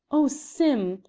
oh, sim,